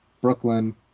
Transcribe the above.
Brooklyn